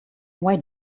why